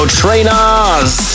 trainers